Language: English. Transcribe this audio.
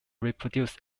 reproduce